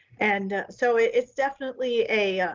and so it's definitely a,